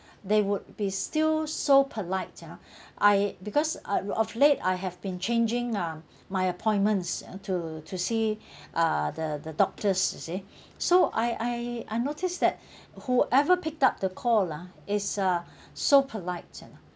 they would be still so polite ah I because uh uh of late I have been changing uh my appointments to to see uh the the doctors you see so I I I notice that whoever picked up the call ah is uh so polite you know